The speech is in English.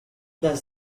does